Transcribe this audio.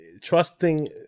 trusting